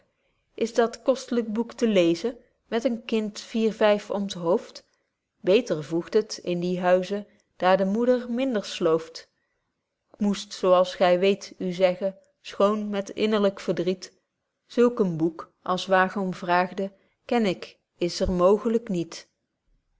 is dat kostlyk boek te leezen met een kind vier vyf om t hoofd beter voegt het in die huizen daar de moeder minder slooft k moest zo als gy weet u zeggen schoon met innerlyk verdriet zulk een boek als waar g om vraagde ken ik is er mooglyk niet